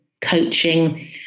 coaching